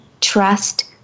trust